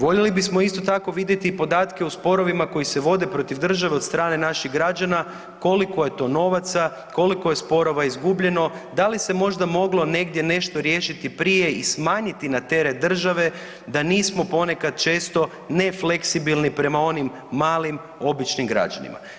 Voljeli bismo isto tako vidjeti i podatke o sporovima koji se vode protiv države od strane naših građana koliko je to novaca, koliko je sporova izgubljeno, da li možda moglo negdje nešto riješiti prije i smanjiti na teret države da nismo ponekad često nefleksibilni prema onim malim, običnim građanima.